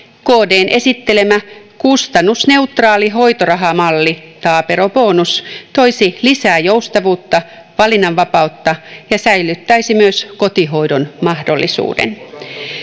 kdn esittelemä kustannusneutraali hoitorahamalli taaperobonus toisi lisää joustavuutta valinnanvapautta ja säilyttäisi myös kotihoidon mahdollisuuden